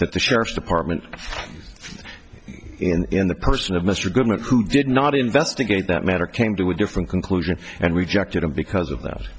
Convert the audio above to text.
the sheriff's department in the person of mr goodman who did not investigate that matter came to a different conclusion and rejected it because of that